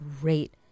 great